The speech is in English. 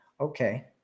Okay